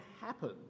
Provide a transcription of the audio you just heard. happen